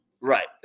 Right